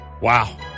wow